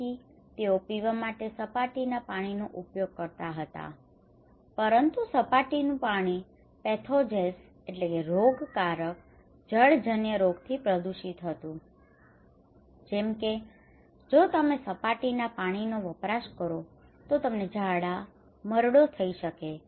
તેથી તેઓ પીવા માટે સપાટીના પાણીનો ઉપયોગ કરતા હતા પરંતુ સપાટીનું પાણી પેથોજેન્સ pathogens રોગકારક જળજન્ય રોગથી દૂષિત હતું જેમ કે જો તમે સપાટીના પાણીનો વપરાશ કરો છો તો તમને ઝાડા મરડો થઈ શકે છે